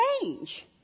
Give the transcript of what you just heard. change